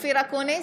אופיר אקוניס,